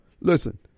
listen